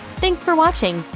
thanks for watching!